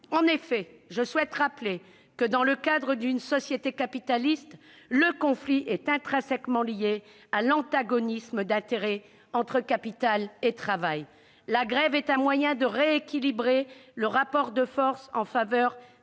la grève ou de tout autre conflit. Or dans le cadre d'une société capitaliste, le conflit est intrinsèquement lié à l'antagonisme des intérêts entre capital et travail. La grève est un moyen de rééquilibrer le rapport de force en faveur